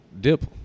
dip